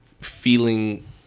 feeling